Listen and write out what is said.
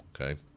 okay